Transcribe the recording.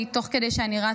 תוך כדי שאני רצה,